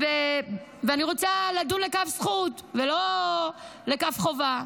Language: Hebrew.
ואני רוצה לדון לכף זכות ולא לכף חובה.